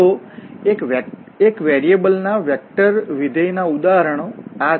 તો એક વેરીએબલ ના વેક્ટરવિધેય ના ઉદાહરણો આ છે